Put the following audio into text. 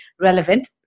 relevant